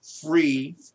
free